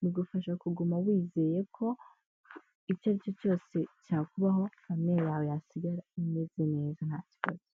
bugufasha kuguma wizeye ko icyo ari cyo cyose cyakubaho famiye yawe yasigara imeze neza nta kibazo.